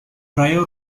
trio